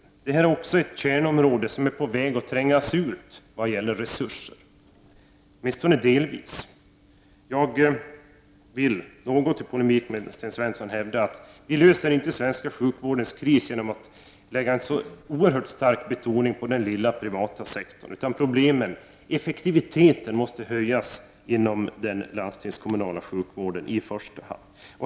Också sjukvården är ett kärnområde som är på väg att trängas ut av brist på resurser — åtminstone delvis. Jag vill, delvis i polemik med Sten Svensson, hävda att vi inte löser den svenska sjukvårdens kris genom att så oerhört starkt betona på den lilla privata sektorn, utan effektiviteten måste höjas inom den landstingskommunala sjukvården i första hand.